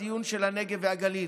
בדיון של הנגב והגליל,